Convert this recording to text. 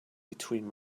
between